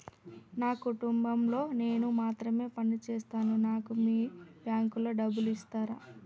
నా కుటుంబం లో నేను మాత్రమే పని చేస్తాను నాకు మీ బ్యాంకు లో డబ్బులు ఇస్తరా?